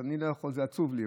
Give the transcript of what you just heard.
אז זה עצוב לי.